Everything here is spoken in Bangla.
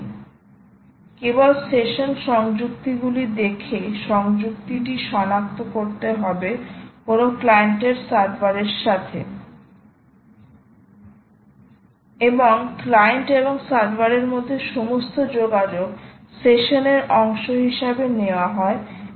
সুতরাং কেবল সেশন সংযুক্তিগুলি দেখে সংযুক্তিটি সনাক্ত করতে হবে কোনও ক্লায়েন্টের সার্ভারের সাথে এবং ক্লায়েন্ট এবং সার্ভারের মধ্যে সমস্ত যোগাযোগ সেশন এর অংশ হিসাবে নেওয়া হয় এবং খুব গুরুত্বপূর্ণ